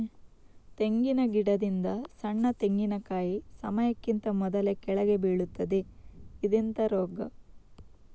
ತೆಂಗಿನ ಗಿಡದಿಂದ ಸಣ್ಣ ತೆಂಗಿನಕಾಯಿ ಸಮಯಕ್ಕಿಂತ ಮೊದಲೇ ಕೆಳಗೆ ಬೀಳುತ್ತದೆ ಇದೆಂತ ರೋಗ?